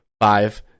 five